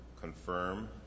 confirm